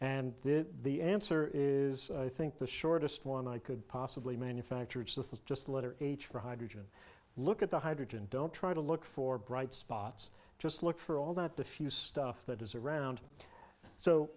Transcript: and then the answer is i think the shortest one i could possibly manufacture it's this is just letter h for hydrogen look at the hydrogen don't try to look for bright spots just look for all that the few stuff that is around so